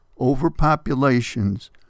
overpopulations